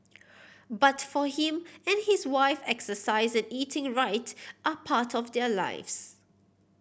but for him and his wife exercise and eating right are part of their lives